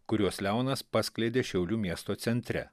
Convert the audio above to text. kuriuos leonas paskleidė šiaulių miesto centre